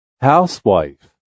Housewife